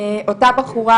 אותה בחורה,